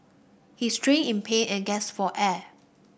he writhed in pain and gasped for air